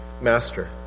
master